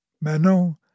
Manon